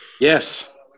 Yes